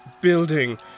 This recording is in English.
building